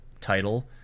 title